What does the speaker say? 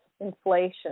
inflation